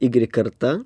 ygrik karta